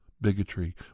bigotry